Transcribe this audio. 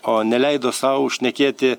o neleido sau šnekėti